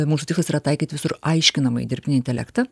mūsų tikslas yra taikyt visur aiškinamąjį dirbtinį intelektą